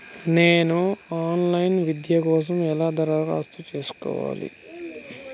నేను online విద్య కోసం ఎలా దరఖాస్తు చేసుకోవాలి?